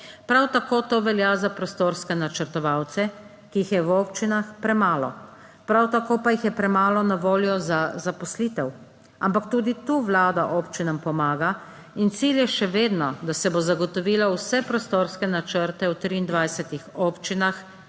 Prav tako to velja za prostorske načrtovalce, ki jih je v občinah premalo. Prav tako pa jih je premalo na voljo za zaposlitev. Ampak tudi tu Vlada občinam pomaga in cilj je še vedno, da se bo zagotovilo vse prostorske načrte v 23 občinah